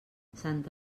santa